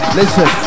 listen